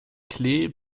klee